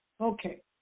Okay